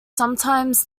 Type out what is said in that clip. sometimes